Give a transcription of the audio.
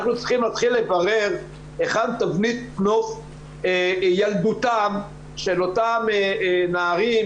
אנחנו צריכים להתחיל לברר היכן תבנית נוף ילדותם של אותם נערים,